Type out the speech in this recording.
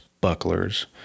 bucklers